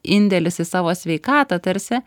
indėlis į savo sveikatą tarsi